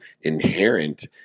inherent